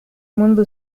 منذ